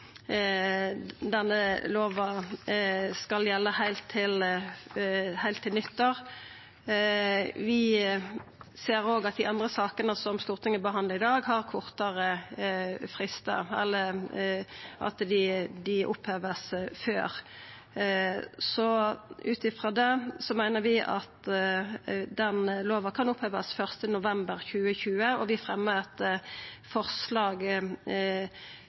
denne lova skal gjelda heilt til nyttår. Vi ser òg at dei andre sakene som Stortinget behandlar i dag, vert oppheva før. Ut frå det meiner vi at den lova kan opphevast 1. november 2020, og eg fremjar forslag om det på vegner av Senterpartiet og Sosialistisk Venstreparti. Vi